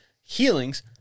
healings